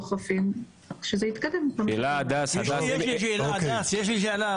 הדס, יש לי שאלה.